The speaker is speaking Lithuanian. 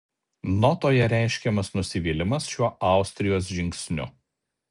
notoje reiškiamas nusivylimas šiuo austrijos žingsniu